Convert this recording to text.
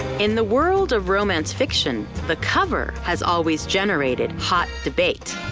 in the world of romance fiction, the cover has always generated hot debate,